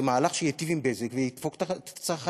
זה מהלך שייטיב עם "בזק" וידפוק את הצרכנים,